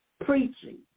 preaching